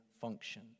function